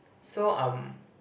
so um